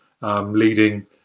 leading